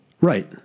Right